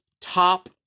top